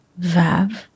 Vav